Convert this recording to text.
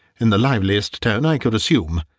in the liveliest tone i could assume.